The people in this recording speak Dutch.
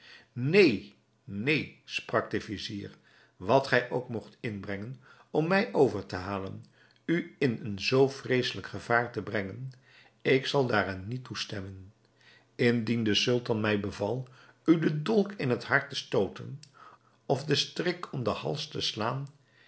neen neen sprak de vizier wat gij ook moogt inbrengen om mij over te halen u in een zoo vreesselijk gevaar te brengen ik zal daarin niet toestemmen indien de sultan mij beval u den dolk in het hart te stooten of den strik om den hals te slaan